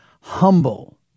humble